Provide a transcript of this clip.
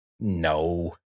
no